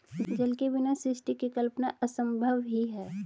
जल के बिना सृष्टि की कल्पना असम्भव ही है